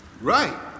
Right